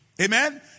Amen